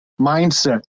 mindset